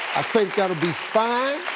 i think that'll be fine.